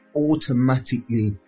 automatically